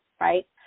right